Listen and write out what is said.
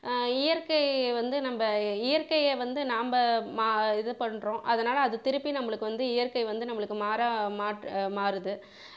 இயற்கை வந்து நம்ப இயற்கையை வந்து நாம் மா இது பண்ணறோம் அதனால அது திருப்பி நம்பளுக்கு வந்து இயற்கை வந்து நம்பளுக்கு மாறா மாட் அ மாறுது